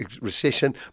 recession